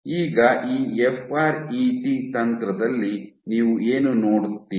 ಈಗ ಈ F R E T ತಂತ್ರದಲ್ಲಿ ನೀವು ಏನು ಮಾಡುತ್ತೀರಿ